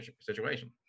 situation